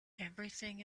everything